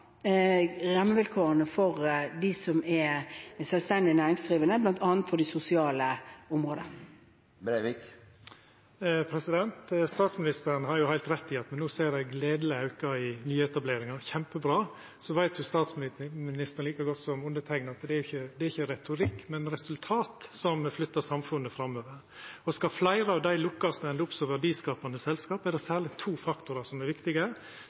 for selvstendig næringsdrivende, bl.a. på det sosiale området. Statsministeren har heilt rett i at me no ser ein gledeleg auke i nyetableringar. Det er kjempebra. Men så veit jo statsministeren like godt som meg at det ikkje er retorikk, men resultat som flyttar samfunnet framover. Skal fleire lukkast med verdiskapande selskap, er det særleg to faktorar som er viktige: